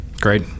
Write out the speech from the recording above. Great